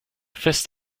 fest